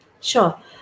Sure